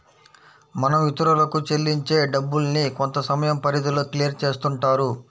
మనం ఇతరులకు చెల్లించే డబ్బుల్ని కొంతసమయం పరిధిలో క్లియర్ చేస్తుంటారు